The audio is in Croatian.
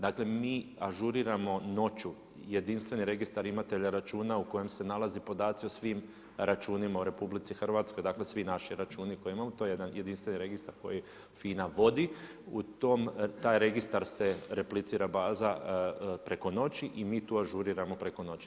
Dakle mi ažuriramo noću, jedinstveni registar imatelja računa u kojem se nalaze podaci o svim računima u RH dakle svi naši računi koje imamo, to je jedan jedinstveni registar koji FINA vodi, u taj registar se replicira baza preko noći i mi to ažuriramo preko noći.